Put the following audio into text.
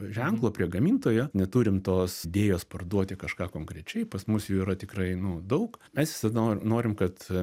ženklo prie gamintojo neturim tos idėjos parduoti kažką konkrečiai pas mus jų yra tikrai nu daug mes visada norim kad